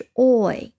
oy